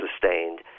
sustained